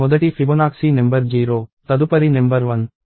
మొదటి Fibonacci number 0 తదుపరి number 1